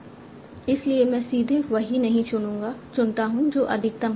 इसलिए मैं सीधे वही नहीं चुनता हूं जो अधिकतम हो